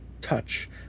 touch